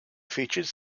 featured